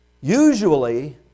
Usually